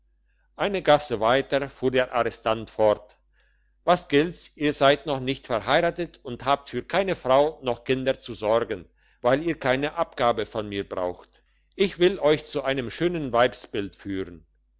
eine gasse weiter fuhr der arrestant fort was gilt's ihr seid noch nicht verheiratet und habt für keine frau noch kinder zu sorgen weil ihr keine abgabe von mir braucht ich will euch zu einem schönen weibsbild führen